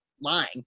lying